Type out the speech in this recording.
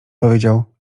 powiedział